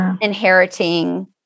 inheriting